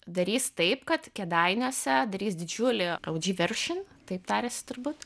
darys taip kad kėdainiuose darys didžiulį audživeršintaip tariasi turbūt